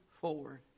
forward